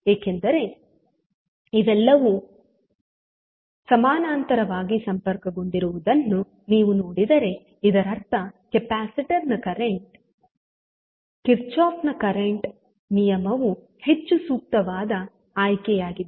ಏಕೆಂದರೆ ಇವೆಲ್ಲವೂ ಸಮಾನಾಂತರವಾಗಿ ಸಂಪರ್ಕಗೊಂಡಿರುವುದನ್ನು ನೀವು ನೋಡಿದರೆ ಇದರರ್ಥ ಕಿರ್ಚಾಫ್ನ ಕರೆಂಟ್ Kirchoff's current ನಿಯಮವು ಹೆಚ್ಚು ಸೂಕ್ತವಾದ ಆಯ್ಕೆಯಾಗಿದೆ